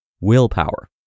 willpower